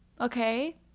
Okay